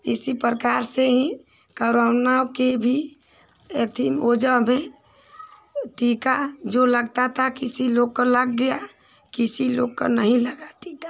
इसी प्रकार से ही कोरोना की भी अथी वज़ह में टीका जो वह लगता था किसी लोग को लग गया किसी लोग को नहीं लगा टीका